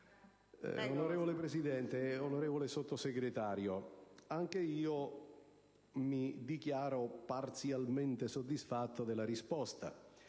riscuotere. Onorevole Sottosegretario, anch'io mi dichiaro parzialmente soddisfatto della risposta.